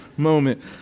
moment